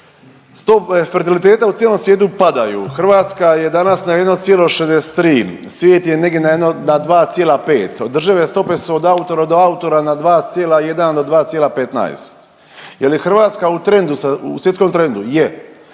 fertiliteta u cijelom svijetu padaju. Hrvatska je danas na 1,63, svijet je negdje na jedno na 2,5. Održive stope su od autora do autora na 2,1 do 2,15. Jer je Hrvatska u trendu, u svjetskom trendu? Je.